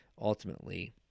ultimately